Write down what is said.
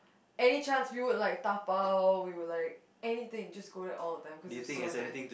any chance we would like dabao we would like anything just go there all the time because it was so nice